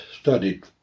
studied